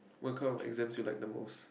what kind of exams you like the most